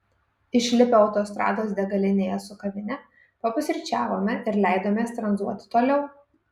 išlipę autostrados degalinėje su kavine papusryčiavome ir leidomės tranzuoti toliau